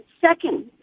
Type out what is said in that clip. second